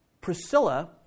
Priscilla